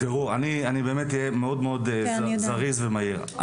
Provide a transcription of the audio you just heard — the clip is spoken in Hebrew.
תראו, אני באמת יהיה מאוד זריז ומהיר.